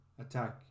attack